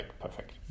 perfect